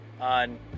on